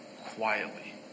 quietly